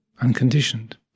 unconditioned